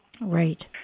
Right